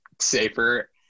safer